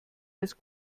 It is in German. als